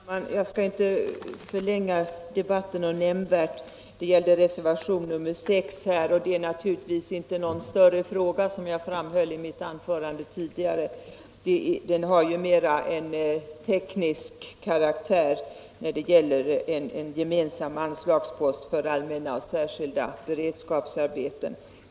Herr talman! Jag skall inte förlänga denna debatt nämnvärt utan bara säga några ord om reservationen 6. Som jag sade i mitt tidigare anförande gäller det här inte någon större fråga. Den är av mera teknisk karaktär och avser en gemensam anslagspost för allmänna och särskilda beredskapsarbeten.